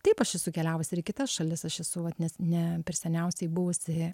taip aš esu keliavus ir į kitas šalis aš esu vat ne ne per seniausiai buvusi